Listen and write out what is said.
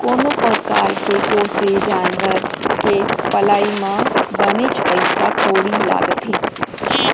कोनो परकार के पोसे जानवर के पलई म बनेच पइसा कउड़ी लागथे